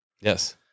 Yes